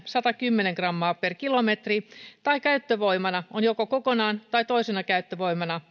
satakymmentä grammaa per kilometri tai jonka käyttövoimana on joko kokonaan tai toisena käyttövoimana